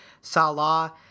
Salah